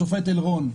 השופט אלרון,